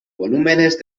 volúmenes